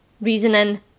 reasoning